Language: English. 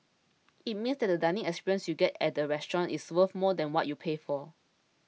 it means that the dining experience you get at the restaurant is worth more than what you pay for